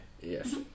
Yes